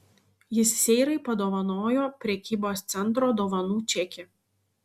jis seirai padovanojo prekybos centro dovanų čekį